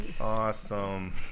awesome